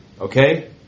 Okay